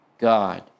God